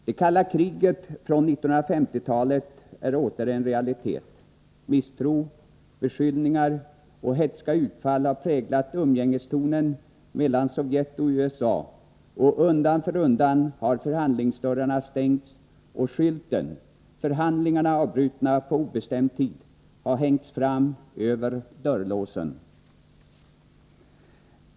Det kalla kriget från 1950-talet är åter en realitet. Misstro, beskyllningar och hätska utfall har präglat umgängestonen mellan Sovjet och USA, och undan för undan har förhandlingsdörrarna stängts och skylten ”Förhandlingarna avbrutna på obestämd tid” har hängts fram över dörrlåsen.